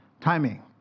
Timing